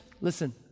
listen